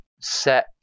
set